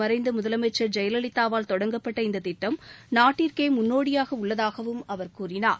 மறைந்தமுதலமைச்சர் தமிழகத்தில் ஜெயலலதாவால் தொடங்கப்பட்ட இந்ததிட்டங நாட்டிற்கேமுன்னோடியாகஉள்ளதாகவும் அவர் கூறினார்